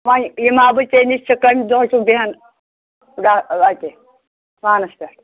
وۄنۍ یِما بہٕ ژےٚ نِش ژٕ کَمہِ دۄہ چھُکھ بیٚہن ڈا اَتہِ وانَس پٮ۪ٹھ